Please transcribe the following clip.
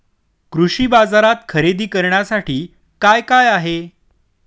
कृषी बाजारात खरेदी करण्यासाठी काय काय आहे?